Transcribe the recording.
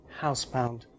housebound